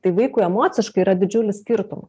tai vaikui emociškai yra didžiulis skirtumas